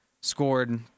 scored